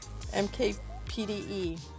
MKPDE